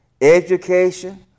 education